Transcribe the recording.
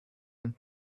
and